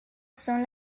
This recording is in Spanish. son